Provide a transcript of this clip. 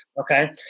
okay